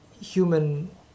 human